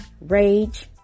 rage